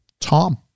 Tom